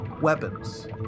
weapons